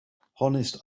honest